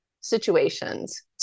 situations